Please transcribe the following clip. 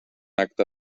acte